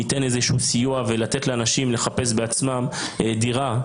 ניתן איזשהו סיוע ולתת לאנשים לחפש בעצמם דירה.